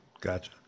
Gotcha